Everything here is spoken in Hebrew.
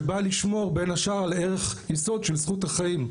שבאה לשמור בין השאר על ערך יסוד של זכות החיים,